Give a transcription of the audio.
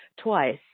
twice